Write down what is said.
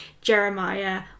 Jeremiah